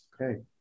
Okay